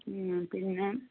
പിന്നെ